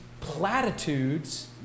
platitudes